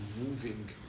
moving